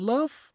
Love